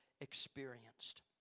experienced